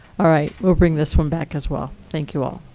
all right, we'll bring this one back as well. thank you all.